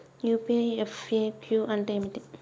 UPI FAQ అంటే ఏమిటి?